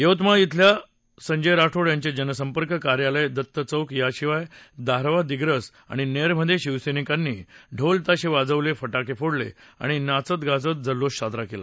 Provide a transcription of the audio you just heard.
यवतमाळ इथल्या संजय राठोड यांचे जनसंपर्क कार्यालय दत्त चौक याशिवाय दारव्हा दिग्रस आणि नेर मध्ये शिवसैनिकांनी ढोल ताशे वाजविले फटाके फोडले आणि नाचत जल्लोष साजरा केला